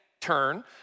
turn